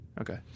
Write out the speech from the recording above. okay